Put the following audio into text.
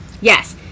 Yes